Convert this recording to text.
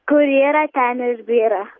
kur yra ten ir byra